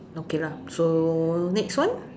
okay lah so next one